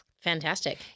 Fantastic